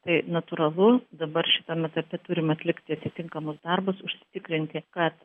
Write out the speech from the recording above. tai natūralu dabar šitam etape turim atlikti atitinkamus darbus užsitikrinti kad